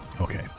Okay